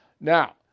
Now